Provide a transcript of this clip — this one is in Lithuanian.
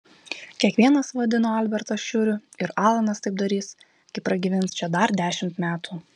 kiekvienas vadino albertą šiuriu ir alanas taip darys kai pragyvens čia dar dešimt metų